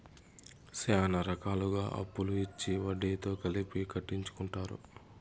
శ్యానా రకాలుగా అప్పులు ఇచ్చి వడ్డీతో కలిపి కట్టించుకుంటారు